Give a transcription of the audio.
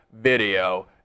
Video